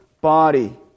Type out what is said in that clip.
body